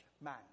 man